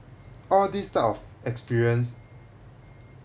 all this type of experience